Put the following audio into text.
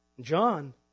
John